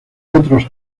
otros